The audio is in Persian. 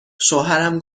شوهرم